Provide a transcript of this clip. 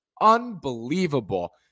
Unbelievable